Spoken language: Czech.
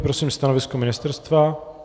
Prosím stanovisko ministerstva.